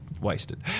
wasted